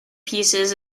pieces